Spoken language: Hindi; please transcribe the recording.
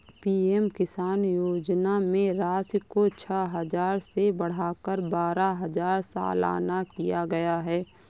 पी.एम किसान योजना में राशि को छह हजार से बढ़ाकर बारह हजार सालाना किया गया है